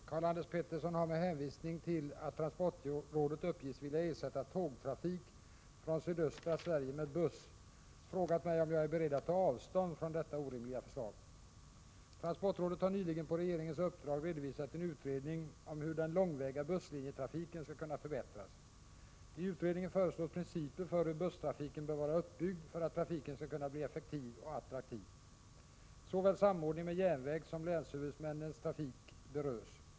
Herr talman! Karl-Anders Petersson har med hänvisning till att transportrådet uppges vilja ersätta tågtrafik från sydöstra Sverige med buss frågat mig om jag är beredd att ta avstånd från detta orimliga förslag. Transportrådet har nyligen på regeringens uppdrag redovisat en utredning om hur den långväga busslinjetrafiken skall kunna förbättras. I utredningen föreslås principer för hur busstrafiken bör vara uppbyggd för att trafiken skall kunna bli effektiv och attraktiv. Såväl samordning med järnväg som länshuvudmännens trafik berörs.